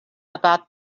about